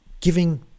giving